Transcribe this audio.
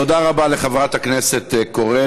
תודה רבה לחברת הכנסת קורן.